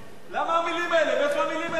למה המלים האלה, "לטהר"?